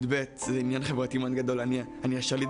יפה בן דוד, האם את פה